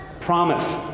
Promise